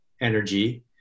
energy